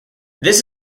this